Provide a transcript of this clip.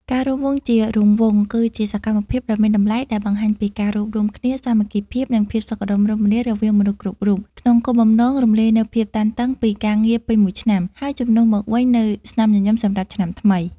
ការរាំវង់ជារង្វង់គឺជាសកម្មភាពដ៏មានតម្លៃ ដែលបង្ហាញពីការរួបរួមគ្នា សាមគ្គីភាព និងភាពសុខដុមរមនារវាងមនុស្សគ្រប់រូប ក្នុងគោលបំណងរំលាយនូវភាពតានតឹងពីការងារពេញមួយឆ្នាំ ហើយជំនួសមកវិញនូវស្នាមញញឹមសម្រាប់ឆ្នាំថ្មី។